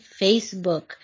Facebook